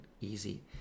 easy